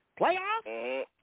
Playoffs